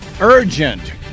Urgent